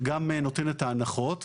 גם נותנת את ההנחות,